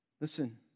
Listen